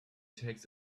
takes